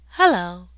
Hello